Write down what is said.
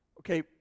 Okay